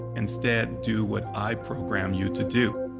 instead, do what i program you to do.